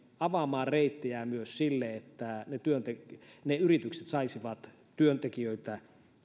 avaamaan reittejä myös sille että yritykset saisivat työntekijöitä